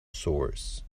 source